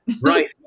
Right